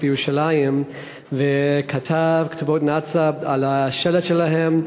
בירושלים וכתב כתובות נאצה על השלט שלהם,